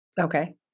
Okay